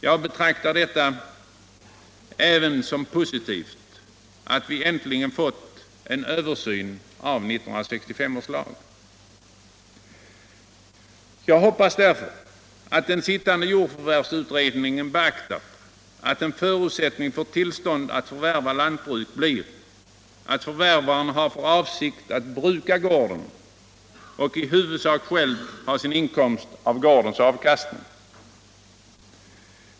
Jag betraktar det även som positivt att vi äntligen fått en översyn av 1965 års lag. Jag hoppas mot denna bakgrund att den sittande jordförvärvsutredningen beaktar angeligenheten av att en förutsättning för tillstånd att förvärva lantbruk blir att förvärvaren har för avsikt att bruka gården och i huvudsak själv ha sin inkomst av gårdens avkastning.